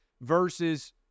versus